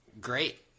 Great